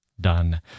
Done